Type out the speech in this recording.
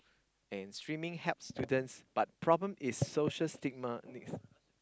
and streaming helps students but problem is social stigma